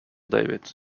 david